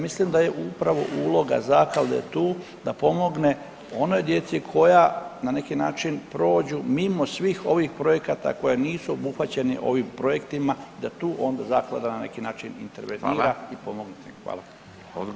Mislim da je upravo uloga zaklade tu da pomogne onoj djeci koja na neki način prođu mimo svih ovih projekata, koja nisu obuhvaćeni ovih projektima da tu onda zaklada na neki način intervenira i pomogne im.